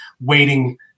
waiting